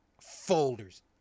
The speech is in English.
Folders